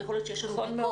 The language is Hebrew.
יכול להיות שיש לנו ביקורת,